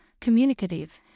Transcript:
communicative